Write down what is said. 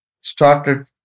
started